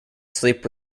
sleep